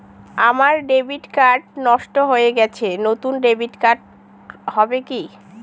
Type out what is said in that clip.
আমার debit card নষ্ট হয়ে গেছে নূতন ডেবিট কার্ড হবে কি?